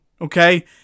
okay